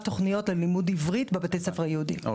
תוכניות ללימוד עברית בבתי הספר היהודיים.